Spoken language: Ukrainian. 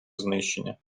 знищення